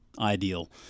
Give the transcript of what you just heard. ideal